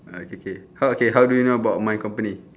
okay K how K how do you know about my company